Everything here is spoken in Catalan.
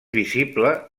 visible